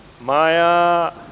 maya